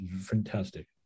fantastic